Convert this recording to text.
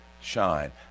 shine